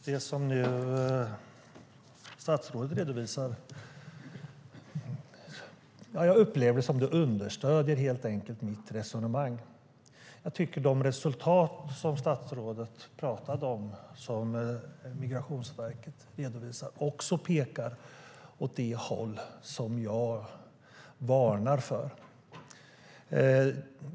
Fru talman! Jag upplever att det som statsrådet redovisar understöder mitt resonemang. Jag tycker att de resultat som statsrådet talade om och som Migrationsverket redovisar också pekar åt det håll som jag varnar för.